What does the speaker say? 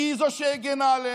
כי היא שהגנה עלינו.